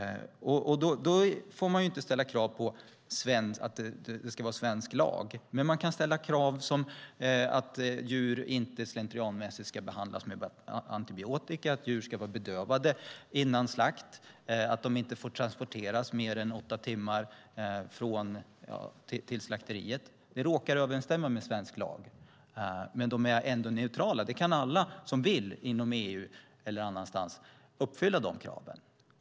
Man får inte ställa krav på att det ska vara svensk lag. Men man kan ställa krav på att djur inte slentrianmässigt ska behandlas med antibiotika, att djur ska vara bedövade före slakt och att de inte får transporteras mer än åtta timmar till slakteriet. Det råkar överensstämma med svensk lag, men kraven är ändå neutrala. Alla som vill inom EU eller någon annanstans kan uppfylla de kraven.